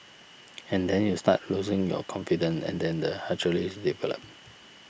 and then you start losing your confidence and then the hierarchies develop